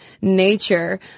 nature